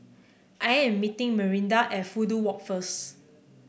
I am meeting Marinda at Fudu Walk first